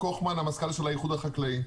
אני המזכ"ל של האיחוד החקלאי.